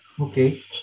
Okay